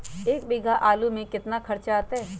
एक बीघा आलू में केतना खर्चा अतै?